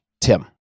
Tim